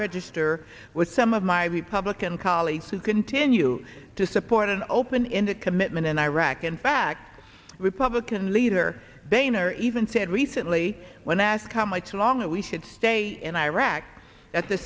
register with some of my republican colleagues who continue to support an open ended commitment in iraq in fact republican leader boehner even said recently when asked how much along it we should stay in iraq at the